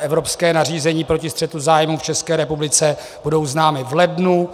evropské nařízení proti střetu zájmů v České republice, budou známy v lednu.